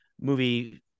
movie